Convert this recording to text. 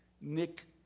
Nick